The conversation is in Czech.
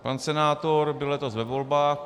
Pan senátor byl letos ve volbách.